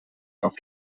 auf